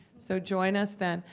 so join us then.